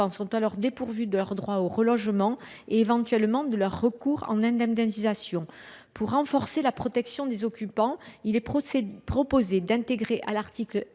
sont alors privés de leur droit au relogement et, éventuellement, de leur recours en indemnisation. Pour renforcer la protection des occupants, nous proposons d’introduire à l’article